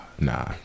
Nah